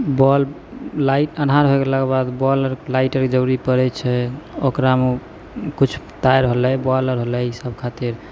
ball light अन्हार होइ गेलाके बाद बॉल आओर लाइट आओरके जरूरी पड़ै ओकरामे किछु तार होलै बॉल आओर होलै ईसब खातिर